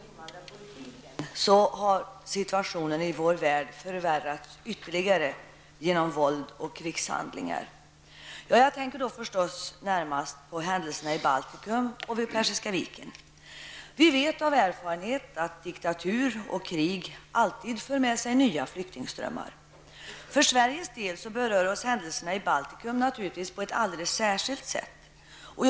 Herr talman! Sedan vi senast diskuterade invandrar och flyktingpolitiken har situationen i vår värld förvärrats ytterligare genom våld och krigshandlingar. Jag tänker förstås närmast på händelserna i Baltikum och vid Persiska viken. Vi vet av erfarenhet att diktatur och krig alltid för med sig nya flyktingströmmar. I Sverige berörs vi på ett särskilt sätt av händelserna i Baltikum.